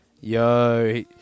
Yo